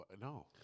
No